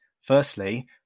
Firstly